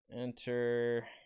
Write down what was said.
Enter